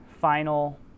final